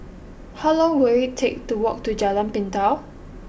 how long will it take to walk to Jalan Pintau